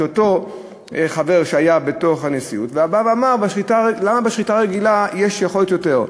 שאותו חבר שהיה בנשיאות בא ואמר: למה בשחיטה הרגילה יש יכולת יותר?